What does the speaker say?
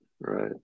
right